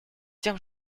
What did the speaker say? тем